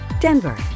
Denver